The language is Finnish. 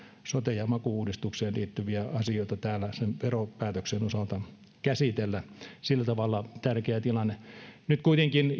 sote ja maku uudistukseen liittyviä asioita täällä sen veropäätöksen osalta käsitellä sillä tavalla tärkeä tilanne nyt kuitenkin